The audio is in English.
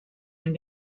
and